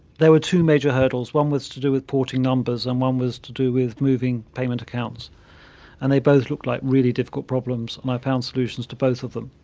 there were two major hurdles. one, was to do with porting numbers and one was to do with moving payment accounts and they both looked like really difficult problems and i found solutions to both of them.